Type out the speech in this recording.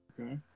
okay